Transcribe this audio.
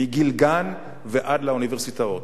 מגיל גן ועד לאוניברסיטאות,